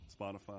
Spotify